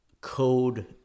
code